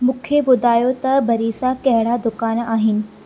मूंखे ॿुधायो त भरिसां कहिड़ा दुकान आहिनि